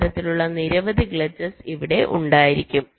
അത്തരത്തിലുള്ള നിരവധി ഗ്ലിച്ചസ് ഇവിടെ ഉണ്ടായിരിക്കും